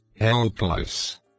helpless